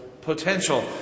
potential